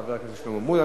חבר הכנסת ג'מאל זחאלקה,